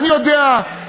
הבנו את התשובה, הכול בסדר.